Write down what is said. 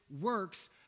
works